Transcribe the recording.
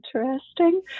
interesting